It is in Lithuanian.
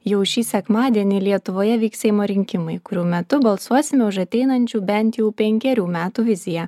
jau šį sekmadienį lietuvoje vyks seimo rinkimai kurių metu balsuosime už ateinančių bent jau penkerių metų viziją